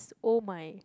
oh my